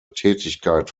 tätigkeit